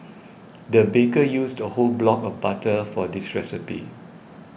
the baker used a whole block of butter for this recipe